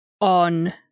on